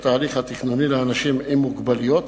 ההליך התכנוני לאנשים עם מוגבלויות